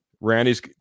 randy's